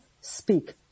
speak